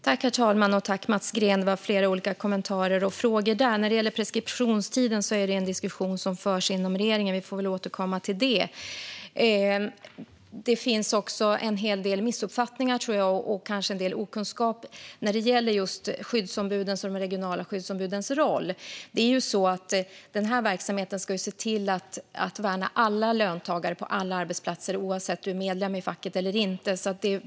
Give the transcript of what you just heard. Herr talman! Det var flera olika kommentarer och frågor där. När det gäller preskriptionstiden är detta en diskussion som förs inom regeringen; vi får väl återkomma till det. Det finns också en hel del missuppfattningar, tror jag, och kanske en del okunskap när det gäller just skyddsombudens och de regionala skyddsombudens roll. Denna verksamhet ska ju se till att värna alla löntagare på alla arbetsplatser, oavsett om man är medlem i facket eller inte.